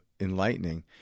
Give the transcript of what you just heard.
enlightening